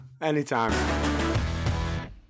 anytime